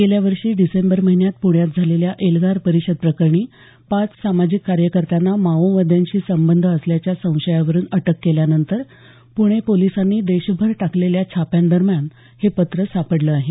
गेल्या वर्षी डिसेंबर महिन्यात प्ण्यात झालेल्या एल्गार परिषद प्रकरणी पाच सामाजिक कार्यकर्त्यांना माओवाद्यांशी संबंध असल्याच्या संशयावरून अटक केल्यानंतर प्णे पोलिंसानी देशभर टाकलेल्या छाप्यांदरम्यान हे पत्र सापडलं आहे